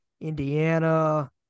Indiana